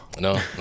No